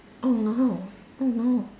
oh no oh no